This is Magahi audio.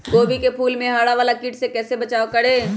गोभी के फूल मे हरा वाला कीट से कैसे बचाब करें?